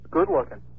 Good-looking